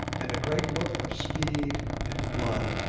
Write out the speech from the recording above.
and a great look of speed and blood.